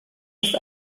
dass